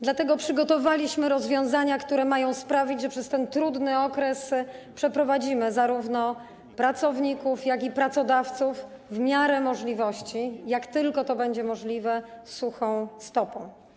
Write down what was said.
Dlatego przygotowaliśmy rozwiązania, które mają sprawić, że przez ten trudny okres przeprowadzimy zarówno pracowników, jak i pracodawców w miarę możliwości, jak tylko to będzie możliwe, suchą stopą.